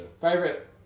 favorite